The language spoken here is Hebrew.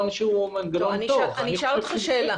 אשאל שאלה,